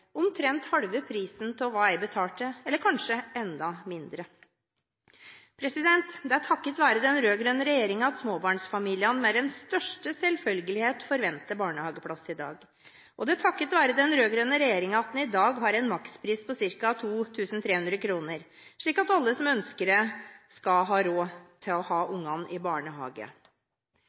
omtrent halve prisen av hva jeg betalte, eller kanskje enda mindre. Det er takket være den rød-grønne regjeringen at småbarnsfamiliene med den største selvfølgelighet forventer barnehageplass i dag. Og det er takket være den rød-grønne regjeringen at en i dag har en makspris på ca. 2 300 kr, slik at alle som ønsker det, skal ha råd til å ha barna i barnehage.